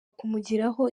kumugiraho